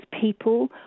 people